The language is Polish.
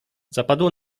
zapadło